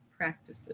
practices